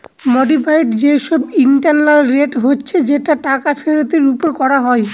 modified যে সব internal rate হচ্ছে যেটা টাকা ফেরতের ওপর করা হয়